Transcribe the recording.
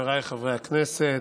חבריי חברי הכנסת,